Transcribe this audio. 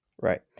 Right